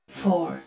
four